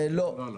לא.